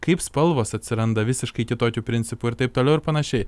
kaip spalvos atsiranda visiškai kitokiu principu ir taip toliau ir panašiai